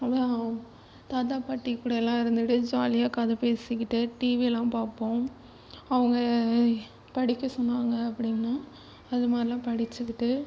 அதுதான் தாத்தா பாட்டி கூடல்லாம் இருந்துட்டு ஜாலியா கதை பேசிக்கிட்டு டிவில்லாம் பார்ப்போம் அவங்க படிக்க சொன்னாங்கள் அப்படின்னா அது மாதிரிலாம் படிச்சுக்கிட்டு